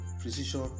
precision